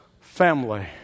family